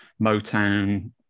Motown